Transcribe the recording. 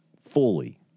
fully